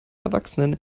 erwachsenen